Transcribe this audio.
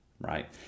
right